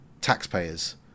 taxpayers